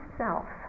self